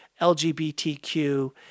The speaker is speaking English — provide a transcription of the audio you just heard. LGBTQ